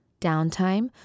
downtime